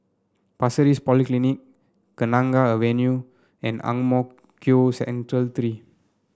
Pasir Ris Polyclinic Kenanga Avenue and Ang Mo Kio Central Three